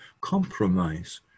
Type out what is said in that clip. compromise